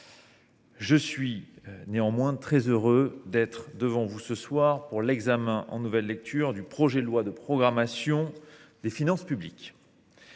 je suis très heureux d’être devant vous ce soir pour l’examen en nouvelle lecture du projet de loi de programmation des finances publiques